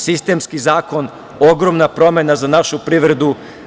Sistemski zakon, ogromna promena za našu privredu.